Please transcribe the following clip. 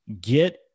get